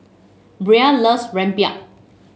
Bria loves rempeyek